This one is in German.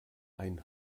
ein